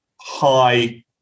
high